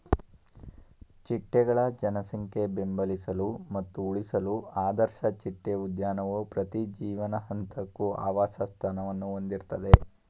ಚಿಟ್ಟೆಗಳ ಜನಸಂಖ್ಯೆ ಬೆಂಬಲಿಸಲು ಮತ್ತು ಉಳಿಸಲು ಆದರ್ಶ ಚಿಟ್ಟೆ ಉದ್ಯಾನವು ಪ್ರತಿ ಜೀವನ ಹಂತಕ್ಕೂ ಆವಾಸಸ್ಥಾನವನ್ನು ಹೊಂದಿರ್ತದೆ